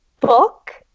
book